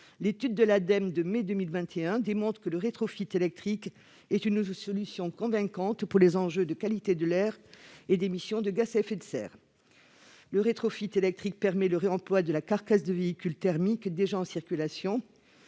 L'étude de l'Ademe de mai 2021 démontre que le rétrofit électrique est une solution convaincante pour les enjeux de qualité de l'air et d'émissions de gaz à effet de serre. Le rétrofit électrique permet le réemploi de la carcasse du véhicule thermique déjà en circulation.